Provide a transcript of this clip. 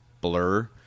Blur